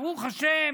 ברוך השם